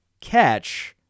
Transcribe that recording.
catch